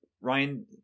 Ryan